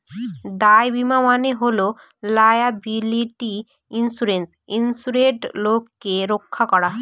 দায় বীমা মানে হল লায়াবিলিটি ইন্সুরেন্সে ইন্সুরেড লোককে রক্ষা করা